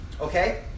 Okay